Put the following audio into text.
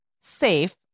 safe